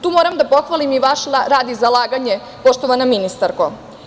Tu moram da pohvalim i vaš rad i zalaganje, poštovana ministarko.